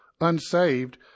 unsaved